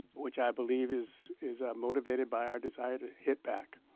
which i believe is is ah motivated by our desire to hit back,